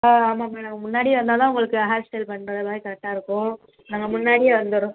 ஆ ஆமாம் மேடம் முன்னாடியே வந்தால்தான் உங்களுக்கு ஹேர் ஸ்டைல் பண்ணுறதுலாம் கரெக்டாக இருக்கும் நாங்கள் முன்னாடியே வந்துடுறோம்